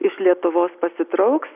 iš lietuvos pasitrauks